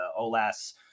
Olas